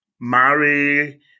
marry